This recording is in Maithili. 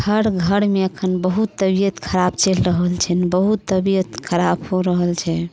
हर घरमे अखन बहुत तबियत खराब चलि रहल छनि बहुत तबियत खराब हो रहल छै